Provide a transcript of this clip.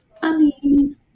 Funny